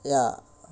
ya